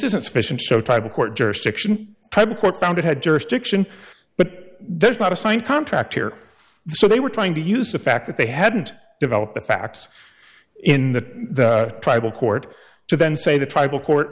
isn't sufficient show type of court jurisdiction type of court found it had jurisdiction but there's not a signed contract here so they were trying to use the fact that they hadn't developed the facts in the tribal court to then say the tribal